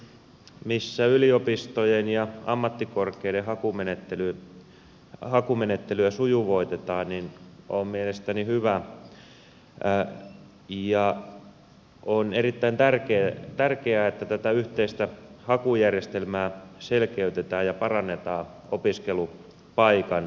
tämä lakiesitys missä yliopistojen ja ammattikorkeiden hakumenettelyä sujuvoitetaan on mielestäni hyvä ja on erittäin tärkeää että tätä yhteistä hakujärjestelmää selkeytetään ja parannetaan opiskelupaikan saantia